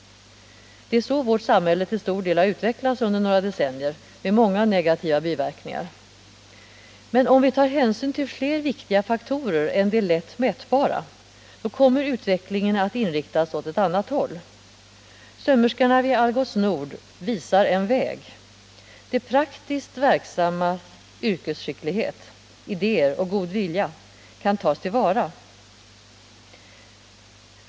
Det är så vårt samhälle till stor del har utvecklats under några decennier, med många negativa biverkningar. Men om vi tar hänsyn till fler viktiga faktorer än de lätt mätbara, kommer utvecklingen att inriktas åt ett annat håll. Sömmerskorna vid Algots Nord visar en väg. De praktiskt verksammas yrkesskicklighet, idéer och goda vilja kan tas till vara.